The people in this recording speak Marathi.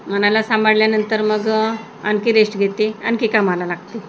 मनाला सांभाळल्यानंतर मग आणखी रेस्ट घेते आणखी कामाला लागते